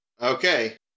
okay